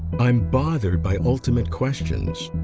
i'm bothered by ultimate questions.